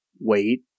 wait